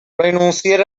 renunciar